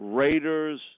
Raiders